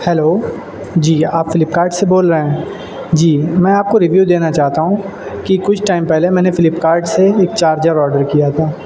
hello جی آپ فلپکارٹ سے بول رہے ہیں جی میں آپ کو ریویو دینا چاہتا ہوں کہ کچھ ٹائم پہلے میں نے فلپکارٹ سے ایک چارجر آڈر کیا تھا